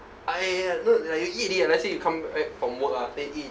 I uh know like you eat already ah let's say you come back from work ah then eat